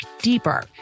deeper